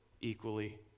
equally